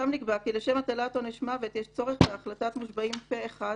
שם נקבע כי לשם הטלת עונש מוות יש צורך בהחלטת מושבעים פה-אחד